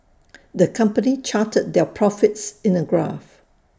the company charted their profits in A graph